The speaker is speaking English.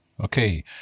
Okay